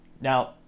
Now